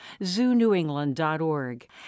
ZooNewEngland.org